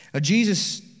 Jesus